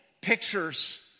pictures